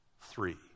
three